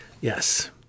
Yes